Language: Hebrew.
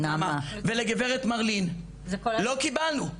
לא קיבלנו,